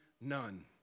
none